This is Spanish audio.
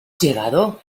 llegado